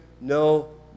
no